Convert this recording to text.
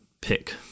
pick